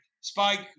Spike